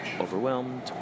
overwhelmed